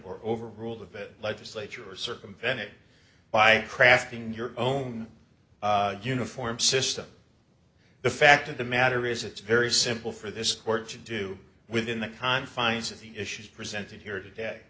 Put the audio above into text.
or over rule of it legislature or circumvent it by crafting your own uniform system the fact of the matter is it's very simple for this court to do within the confines of the issues presented here today